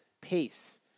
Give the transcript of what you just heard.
pace